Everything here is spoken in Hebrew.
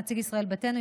נציג ישראל ביתנו.